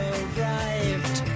arrived